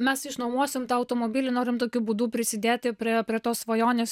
mes išnuomosim tą automobilį norim tokiu būdu prisidėti prie prie tos svajonės